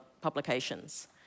publications